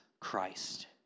Christ